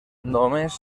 només